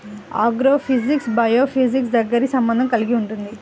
agrophysics బయోఫిజిక్స్తో దగ్గరి సంబంధం కలిగి ఉంటుంది